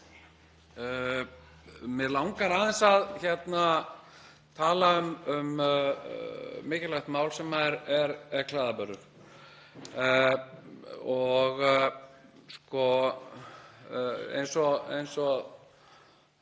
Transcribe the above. Mig langar aðeins að tala um mikilvægt mál sem er klæðaburður. Eins og